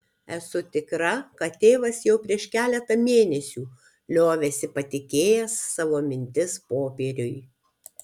esu tikra kad tėvas jau prieš keletą mėnesių liovėsi patikėjęs savo mintis popieriui